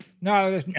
No